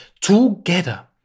together